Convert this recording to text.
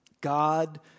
God